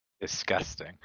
Disgusting